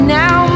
now